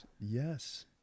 Yes